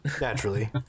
Naturally